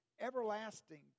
everlasting